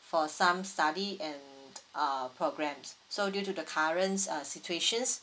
for some study and uh programmes so due to the current uh situations